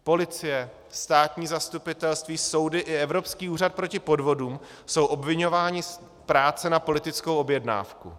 Policie, státní zastupitelství, soudy i Evropský úřad proti podvodům jsou obviňováni z práce na politickou objednávku.